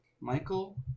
Michael